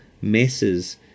messes